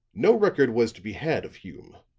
no record was to be had of hume,